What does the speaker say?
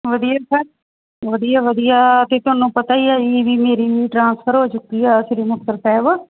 ਵਧੀਆ ਸਰ ਵਧੀਆ ਵਧੀਆ ਅਤੇ ਤੁਹਾਨੂੰ ਪਤਾ ਹੀ ਆ ਵੀ ਮੇਰੀ ਟਰਾਂਸਫਰ ਹੋ ਚੁੱਕੀ ਆ ਸ਼੍ਰੀ ਮੁਕਤਸਰ ਸਾਹਿਬ